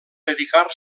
dedicar